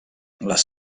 les